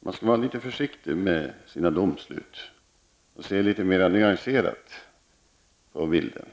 man skall vara litet försiktig med sina domslut och se litet mer nyanserat på bilden.